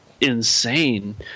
insane